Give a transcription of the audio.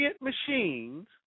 machines